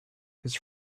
his